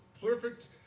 perfect